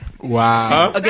wow